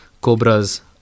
Cobras